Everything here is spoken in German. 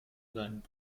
seinen